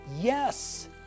yes